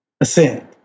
ascend